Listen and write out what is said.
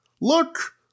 look